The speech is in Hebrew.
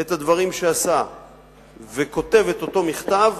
את הדברים שעשה וכותב את אותו מכתב,